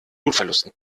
blutverlusten